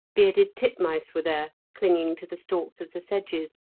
bearded titmice were there, clinging to the stalks of the sedges,